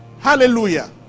Hallelujah